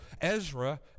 Ezra